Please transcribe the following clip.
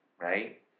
right